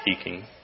speaking